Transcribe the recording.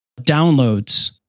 downloads